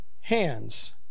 hands